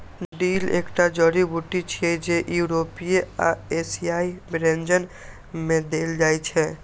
dill एकटा जड़ी बूटी छियै, जे यूरोपीय आ एशियाई व्यंजन मे देल जाइ छै